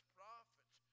prophets